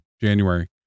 January